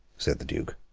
said the duke.